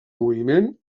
moviment